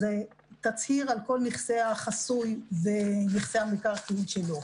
שזה תצהיר על כל נכסי החסוי ונכסי המקרקעין שלו.